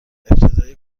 ابتدای